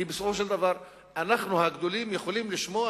כי בסופו של דבר אנחנו הגדולים יכולים לשמוע